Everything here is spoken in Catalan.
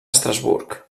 estrasburg